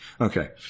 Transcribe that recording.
Okay